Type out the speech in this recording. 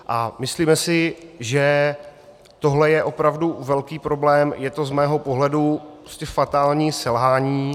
A myslíme si, že tohle je opravdu velký problém, je to z mého pohledu fatální selhání.